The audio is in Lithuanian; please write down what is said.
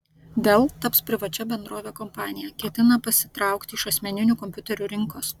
dell taps privačia bendrove kompanija ketina pasitraukti iš asmeninių kompiuterių rinkos